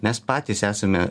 nes patys esame